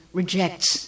rejects